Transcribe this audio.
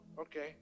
okay